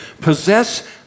Possess